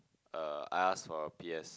uh I asked for a P_S